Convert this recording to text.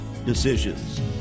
decisions